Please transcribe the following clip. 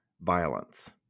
violence